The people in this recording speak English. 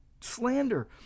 slander